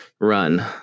run